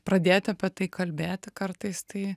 pradėti apie tai kalbėti kartais tai